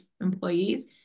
employees